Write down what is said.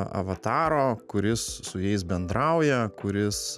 avataro kuris su jais bendrauja kuris